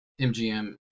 MGM